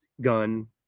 gun